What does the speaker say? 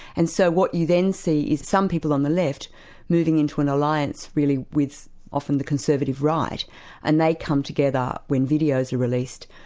and so what you then see is some people on the left moving into an alliance really with often the conservative right and they come together when videos are released,